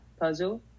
Puzzle